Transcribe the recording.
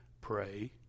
pray